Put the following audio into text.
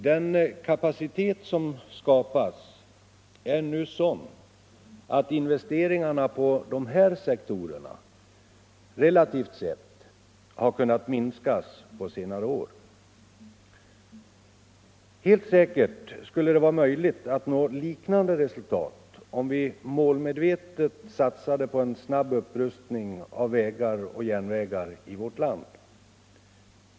Den kapacitet som skapats är nu sådan att investeringarna på de här sektorerna — relativt sett — har kunnat minskas på senare år. Helt säkert skulle det vara möjligt att nå liknande resultat, om vi målmedvetet satsade på en snabb upprustning av vägar och järnvägar i vårt land.